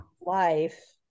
life